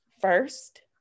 First